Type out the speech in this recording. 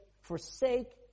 forsake